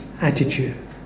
attitude